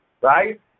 right